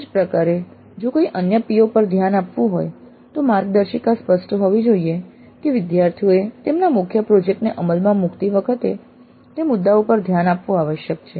તે જ પ્રકારે જો કોઈ અન્ય PO પર ધ્યાન આપવું હોય તો માર્ગદર્શિકા સ્પષ્ટ હોવી જોઈએ કે વિદ્યાર્થીઓએ તેમના મુખ્ય પ્રોજેક્ટ ને અમલમાં મૂકતી વખતે તે મુદ્દાઓ પર ધ્યાન આપવું આવશ્યક છે